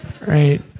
right